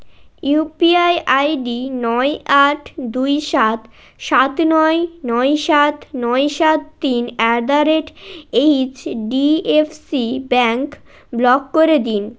you P I I D নয় আট দুই সাত সাত নয় নয় সাত নয় সাত তিন at the rate H D F C bank block করে দিন